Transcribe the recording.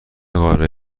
قاره